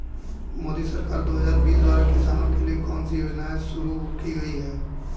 मोदी सरकार दो हज़ार बीस द्वारा किसानों के लिए कौन सी योजनाएं शुरू की गई हैं?